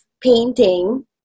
painting